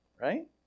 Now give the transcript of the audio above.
right